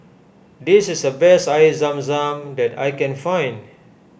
this is the best Air Zam Zam that I can find